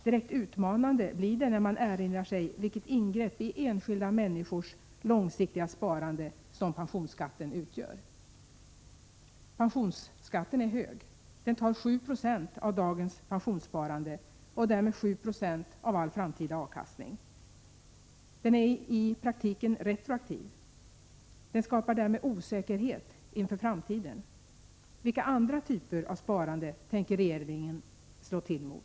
Direkt utmanande blir det när man erinrar sig vilket ingrepp i enskilda människors långsiktiga sparande som pensionsskatten utgör. O Pensionsskatten är hög. Den tar 7 96 av dagens pensionssparande och därmed 7 2 av all framtida avkastning. Oo Den är i praktiken retroaktiv. Oo Den skapar därmed osäkerhet inför framtiden. Vilka andra typer av sparande tänker regeringen slå till mot?